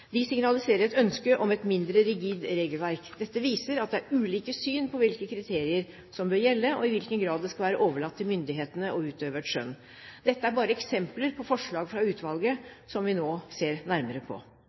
De signaliserer et ønske om et mindre rigid regelverk. Dette viser at det er ulike syn på hvilke kriterier som bør gjelde, og i hvilken grad det skal være overlatt til myndighetene å utøve et skjønn. Dette er bare eksempler på forslag fra utvalget som vi nå ser nærmere på.